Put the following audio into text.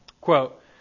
quote